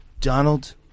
Donald